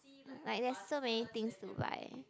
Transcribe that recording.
like there's so many things to buy